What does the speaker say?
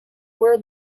where